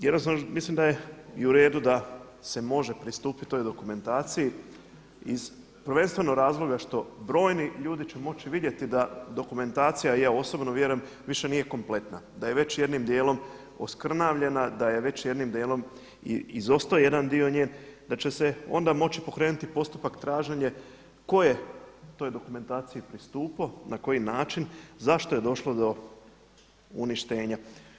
I jednostavno mislim da je i u redu da se može pristupit toj dokumentaciji iz prvenstveno razloga što brojni ljudi će moći vidjeti da dokumentacija i ja osobno vjerujem više nije kompletna, da je već jednim dijelom oskrnavljena, da je već jednim dijelom i izostao jedan dio njen, da će se onda moći pokrenuti postupak traženje tko je toj dokumentaciji pristupao, na koji način, zašto je došlo do uništenja.